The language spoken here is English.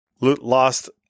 lost